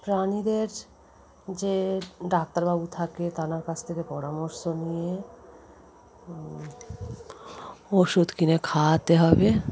প্রাণীদের যে ডাক্তারবাবু থাকে তার কাছ থেকে পরামর্শ নিয়ে ওষুধ কিনে খাওয়াতে হবে